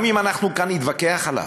גם אם אנחנו כאן נתווכח עליו?